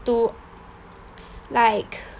to like